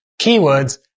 keywords